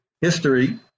history